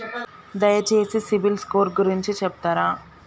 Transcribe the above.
దయచేసి CIBIL score గురించి చెప్తరా?